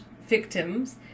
victims